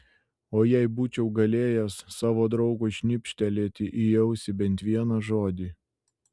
o jei būčiau galėjęs savo draugui šnibžtelėti į ausį bent vieną žodį